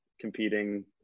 competing